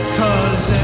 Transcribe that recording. cause